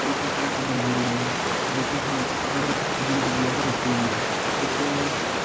रुट्टी साढ़ै आस्तै बड़ी जरूरी ऐ अगर जिन्दगी ऐ तां रुट्टी बी ऐ तुस